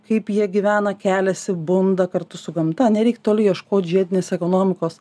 kaip jie gyvena keliasi bunda kartu su gamta nereik toli ieškot žiedinės ekonomikos